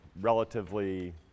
relatively